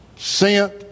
sent